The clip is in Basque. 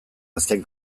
azken